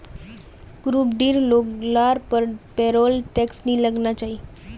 group डीर लोग लार पर पेरोल टैक्स नी लगना चाहि